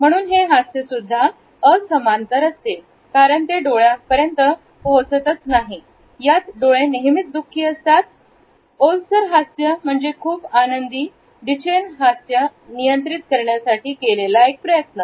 म्हणून हे हास्य सुद्धा अ समांतर असते कारण ते डोळ्या पर्यंत पोहोचत नाही यात डोळे नेहमीच दुखी असतात ओलसर हास्य म्हणजे खूप आनंदी ड्यू चेन हास्य नियंत्रित करण्यासाठी केलेला एक प्रयत्न